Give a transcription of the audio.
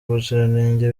ubuziranenge